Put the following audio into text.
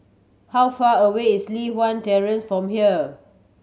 how far away is Li Hwan Terrace from here